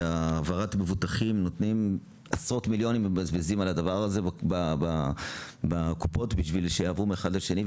והעברת מבוטחים מתבזבזים עשרות מיליונים בקופות כדי שיעברו אחד לשני,